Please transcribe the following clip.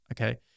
Okay